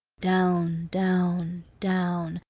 down, down, down,